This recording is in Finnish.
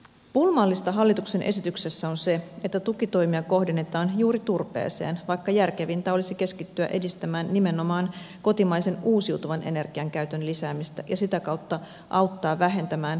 pulmallista hallituksen esityksessä on se että tukitoimia kohdennetaan juuri turpeeseen vaikka järkevintä olisi keskittyä edistämään nimenomaan kotimaisen uusiutuvan energian käytön lisäämistä ja sitä kautta auttaa vähentämään tuontipolttoaineiden käyttöä